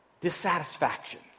dissatisfaction